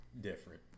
different